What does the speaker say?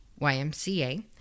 YMCA